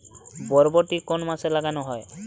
বরবটি কোন মাসে লাগানো হয়?